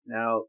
Now